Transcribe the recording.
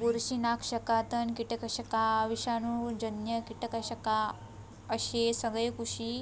बुरशीनाशका, तण, कीटकनाशका, विषाणूजन्य कीटकनाशका अश्ये सगळे कृषी